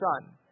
son